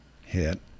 hit